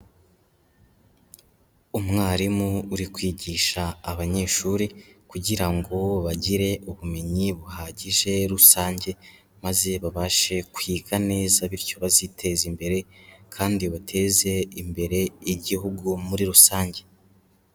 Umwarimu uri kwigisha abanyeshuri, kugira ngo bagire ubumenyi buhagije rusange, maze babashe kwiga neza bityo baziteza imbere, kandi bateze imbere Igihugu muri rusange.